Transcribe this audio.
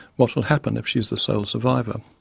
what will happen if she is the sole survivor?